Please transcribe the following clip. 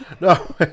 No